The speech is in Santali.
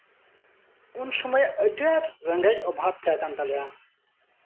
ᱩᱱᱥᱚᱢᱚᱭ ᱟᱹᱰᱤ ᱟᱹᱴ ᱨᱮᱜᱮᱪ ᱚᱵᱷᱟᱵ ᱛᱟᱸᱦᱮ ᱠᱟᱱ ᱛᱟᱞᱮᱭᱟ